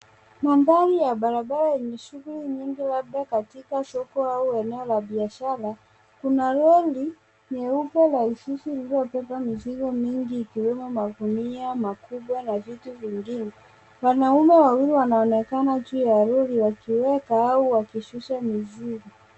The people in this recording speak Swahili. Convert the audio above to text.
Mandhari ya barabara yenye shughuli nyingi labda katika soko au eneo la biashara kuna lori nyeupe la isizu iliyobeba mizigo mingi ikiwemo magunia makubwa na vitu vingine, wanaume wawili wanaonekana juu ya lori wakiweka au wakishusha mizigo.